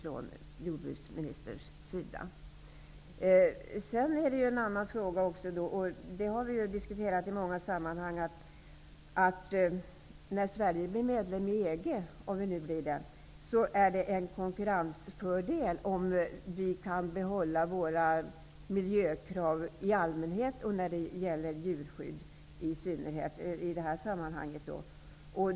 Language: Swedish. Det finns en annan fråga också, som vi har diskuterat i många sammanhang, och det är att det, om och när Sverige blir medlem i EG, är en konkurrensfördel om vi kan behålla våra miljökrav i allmänhet och vårt djurskydd i synnerhet.